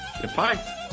goodbye